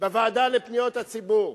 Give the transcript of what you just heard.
בוועדה לפניות הציבור.